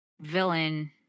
villain